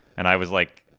and i was like,